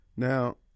Now